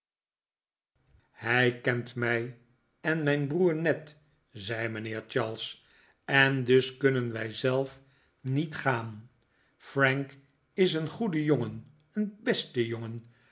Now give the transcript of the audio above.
hij kent mij en mijn broer ned zei mijnheer charles en dus kunnen wij zelf niet gaan frank is een goede jongen een beste jongen